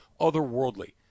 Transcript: otherworldly